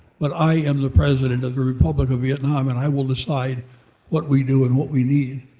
but i am the president of the republic of vietnam, and i will decide what we do and what we need.